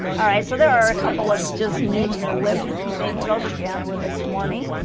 alright so there are a couple of just news blip things those again where this morning